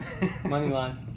Moneyline